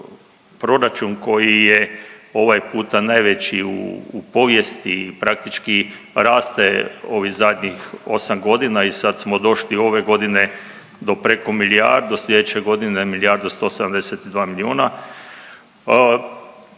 proračun koji je ovaj puta najveći u povijesti i praktički raste ovih zadnjih osam godina i sad smo došli ove godine do preko milijardu, sljedeće godine milijardu i 172 milijuna,